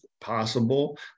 possible